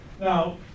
Now